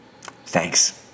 Thanks